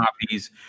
copies